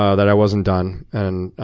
ah that i wasn't done, and